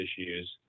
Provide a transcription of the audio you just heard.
issues